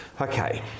Okay